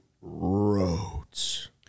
roads